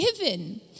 given